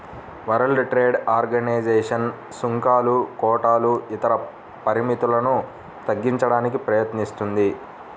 world trade organisation సుంకాలు, కోటాలు ఇతర పరిమితులను తగ్గించడానికి ప్రయత్నిస్తుంది